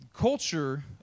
culture